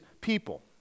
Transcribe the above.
people